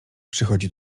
przychodzi